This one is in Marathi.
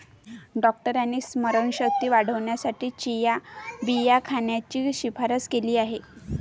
डॉक्टरांनी स्मरणशक्ती वाढवण्यासाठी चिया बिया खाण्याची शिफारस केली आहे